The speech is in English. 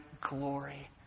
glory